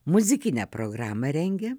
muzikinę programą rengia